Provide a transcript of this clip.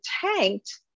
tanked